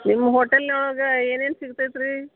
ನಿಮ್ಮ ಹೋಟೆಲೊಳಗೆ ಏನೇನು ಸಿಗತೈತೆ ರೀ